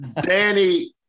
Danny